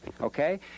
okay